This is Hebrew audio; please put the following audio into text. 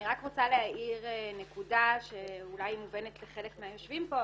אני רק רוצה להעיר נקודה שאולי מובנת לחלק מהיושבים פה,